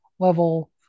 level